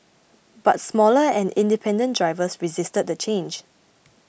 but smaller and independent drivers resisted the change